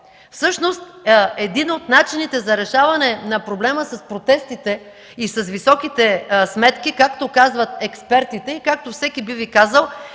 Всъщност един от начините за решаване на проблема с протестите и с високите сметки, както казват експертите и както всеки би Ви казал,